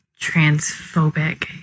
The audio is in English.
transphobic